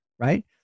right